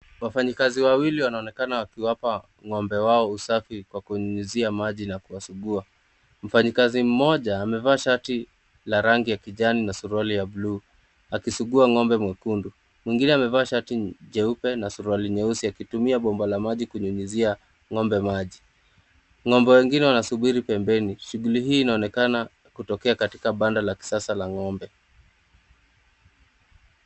Wafanyikazi wawili wanaonekana wakiwapa ng'ombe wao usafi kwa kunyunyizia maji na kuwasugua. Mfanyikazi mmoja amevaa shati la rangi ya kijani na suruali ya blue , akisugua ng'ombe mwekundu. Mwingine amevaa shati jeupe na suruali nyeusi akitumia bomba la maji kunyunyizia ng'ombe maji. Ng'ombe wengine wanasubiri pembeni. Shughuli hii inaonekana kutokea katika banda la kisasa la ng'ombe.